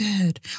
good